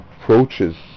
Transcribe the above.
approaches